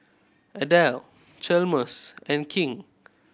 Adelle Chalmers and King